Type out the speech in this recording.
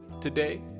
Today